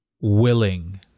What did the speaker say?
willing